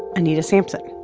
anita sampson.